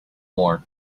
more